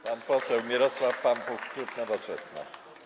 Pan poseł Mirosław Pampuch, klub Nowoczesna.